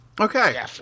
Okay